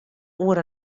oer